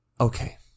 okay